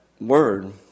word